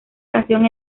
canción